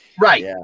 Right